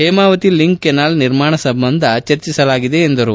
Hemavathi link canal ನಿರ್ಮಾಣ ಸಂಬಂಧ ಚರ್ಚಿಸಲಾಗಿದೆ ಎಂದರು